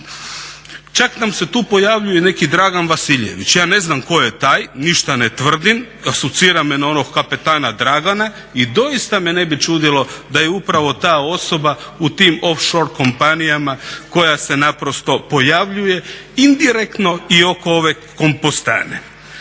Čak nam se tu pojavljuje neki Dragan Vasiljević, ja ne znam ko je taj, ništa ne tvrdim, asocira me na onog kapetana Dragana i doista me ne bi čudilo da je upravo ta osoba u tim offshore kompanija koja se naprosto pojavljuje indirektno i oko ove kompostane.